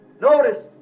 Notice